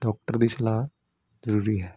doctor ਦੀ ਸਲਾਹ ਜ਼ਰੂਰੀ ਹੈ